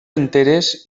enteres